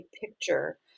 picture